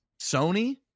sony